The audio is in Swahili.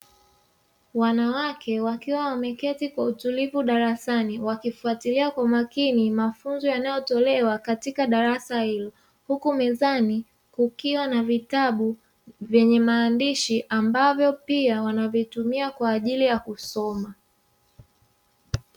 Wanawake wakiwa wameketi kwa utulivu darasani, wakifuatilia kwa makini mafunzo yanayotolewa katika darasa hilo, huku mezani kukiwa na vitabu vyenye maandishi ambavyo pia wanatumia kwa ajili ya kusoma.